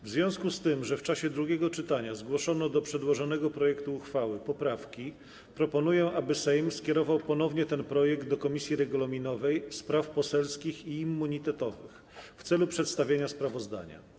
W związku z tym, że w czasie drugiego czytania zgłoszono do przedłożonego projektu uchwały poprawki, proponuję, aby Sejm skierował ponownie ten projekt do Komisji Regulaminowej, Spraw Poselskich i Immunitetowych w celu przedstawienia sprawozdania.